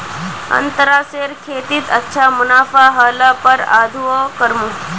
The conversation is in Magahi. अनन्नासेर खेतीत अच्छा मुनाफा ह ल पर आघुओ करमु